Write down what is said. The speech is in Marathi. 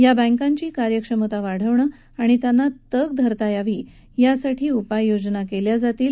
या बँकांची कार्यक्षमता वाढवणं आणि त्यांना तग धरता यावी यासाठी या उपाययोजना केल्या जातील